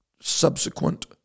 subsequent